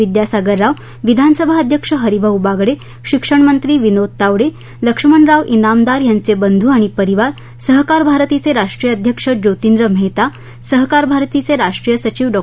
विद्यासागर राव विधानसभा अध्यक्ष हरीभाऊ बागडे शिक्षणमंत्री विनोद तावडे लक्ष्मण त्रामदार यांचे बंधू आणि परिवार सहकार भारतीचे राष्ट्रीय अध्यक्ष ज्योतिंद्र मेहता सहकार भारतीचे राष्ट्रीय सचिव डॉ